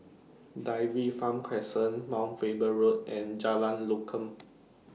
Dairy Farm Crescent Mount Faber Road and Jalan Lokam